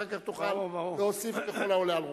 ואחר כך תוכל להוסיף ככל העולה על רוחך.